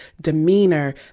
demeanor